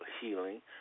Healing